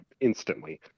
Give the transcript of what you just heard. instantly